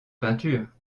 peinture